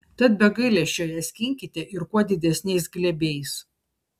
tad be gailesčio ją skinkite ir kuo didesniais glėbiais